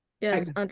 Yes